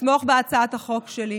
לתמוך בהצעת החוק שלי.